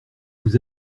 vous